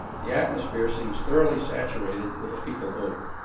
the atmosphere seems thoroughly saturated with a fecal odor.